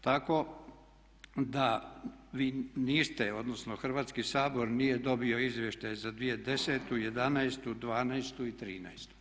Tako da vi niste odnosno Hrvatski sabor nije dobio izvještaj za 2010., '11., '12. i '13.